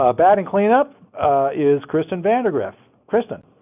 ah batting cleanup is kristin vandagriff kristin